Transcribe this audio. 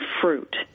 fruit